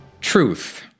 Truth